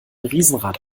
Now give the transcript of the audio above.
riesenrad